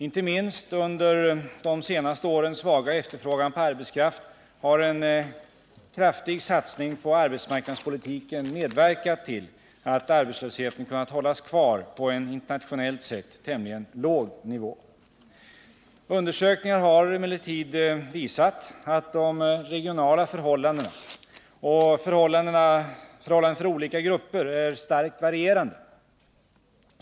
Inte minst under de senaste årens svaga efterfrågan på arbetskraft har en kraftig satsning på arbetsmarknadspolitiken medverkat till att arbetslösheten kunnat hållas kvar på en internationellt sett tämligen låg nivå. Undersökningar har emellertid visat att de regionala förhållandena och förhållanden för olika grupper är starkt varierande.